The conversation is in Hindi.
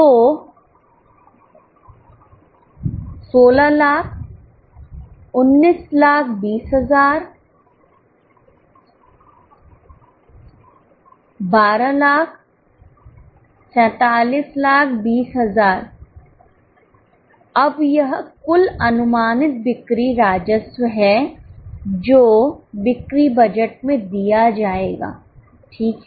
तो 1600000 1920000 1200000 4720000 अब यह कुल अनुमानित बिक्री राजस्व है जो बिक्री बजट में दिया जाएगा ठीक है